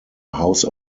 house